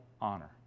honor